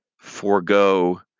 forego